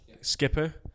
skipper